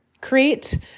create